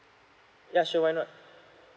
yeah sure why not